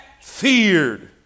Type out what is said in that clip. feared